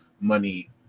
money